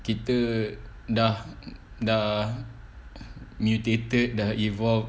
kita dah dah mutated dah evolved